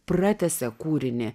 pratęsia kūrinį